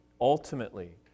ultimately